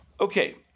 Okay